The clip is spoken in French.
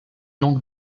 langue